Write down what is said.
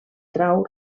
trau